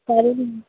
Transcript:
चालेल